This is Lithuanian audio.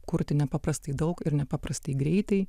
kurti nepaprastai daug ir nepaprastai greitai